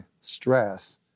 stress